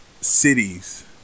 cities